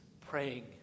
praying